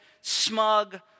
smug